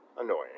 annoying